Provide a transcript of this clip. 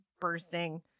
bursting